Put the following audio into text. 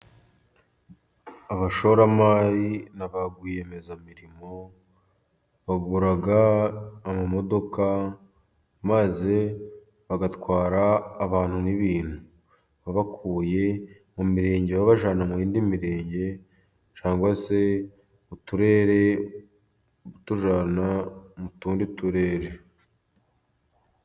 Abashoramari na ba rwiyemezamirimo bagura amamodoka maze bagatwara abantu n'ibintu, babakuye mu mirenge babajyana mu yindi mirenge, cyangwa se mu turere batujyana mu tundi turere.